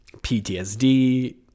ptsd